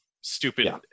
stupid